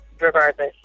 regardless